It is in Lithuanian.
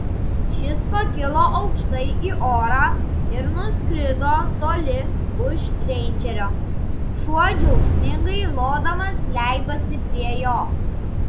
šis pakilo aukštai į orą ir nuskrido toli už reindžerio šuo džiaugsmingai lodamas leidosi prie jo